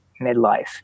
midlife